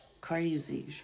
crazy